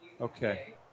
Okay